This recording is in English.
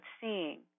seeing